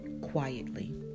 quietly